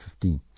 2015